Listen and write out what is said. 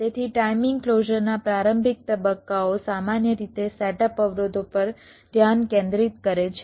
તેથી ટાઇમિંગ ક્લોઝરના પ્રારંભિક તબક્કાઓ સામાન્ય રીતે સેટઅપ અવરોધો પર ધ્યાન કેન્દ્રિત કરે છે